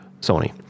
Sony